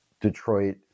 Detroit